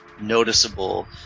noticeable